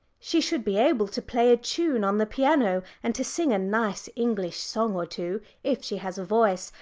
she should be able to play a tune on the piano, and to sing a nice english song or two if she has a voice,